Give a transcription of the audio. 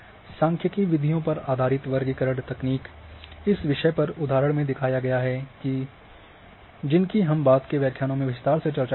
सांख्यिकीय विधियों पर आधारित वर्गीकरण तकनीक इस विषय पर उदाहरण में दिखाया गया है जिनकी हम बाद के व्याख्यानों में विस्तार से चर्चा करेंगे